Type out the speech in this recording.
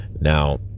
Now